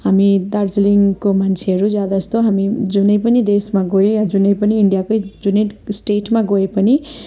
हामी दार्जिलिङको मान्छेहरू ज्यादा जस्तो हामी जुनै पनि देशमा गए या जुनै पनि इन्डियाकै जुनै स्टेटमा गए पनि